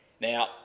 Now